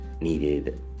needed